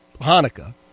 Hanukkah